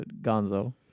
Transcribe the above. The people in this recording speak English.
Gonzo